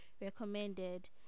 recommended